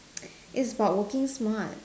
it's about working smart